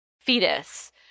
fetus